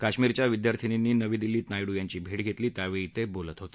कश्मीरच्या विद्यार्थिनींनी नवी दिल्लीत नायडू यांची भेट घेतली त्यावेळी ते बोलत होते